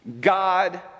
God